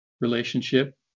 relationship